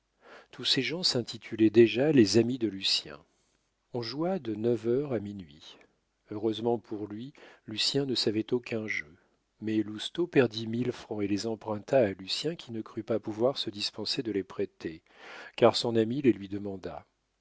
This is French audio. tous ces gens s'intitulaient déjà les amis de lucien on joua de neuf heures à minuit heureusement pour lui lucien ne savait aucun jeu mais lousteau perdit mille francs et les emprunta à lucien qui ne crut pas pouvoir se dispenser de les prêter car son ami les lui demanda